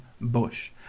Bush